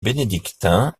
bénédictin